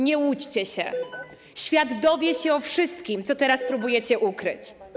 Nie łudźcie się, świat dowie się o wszystkim, co teraz próbujecie ukryć.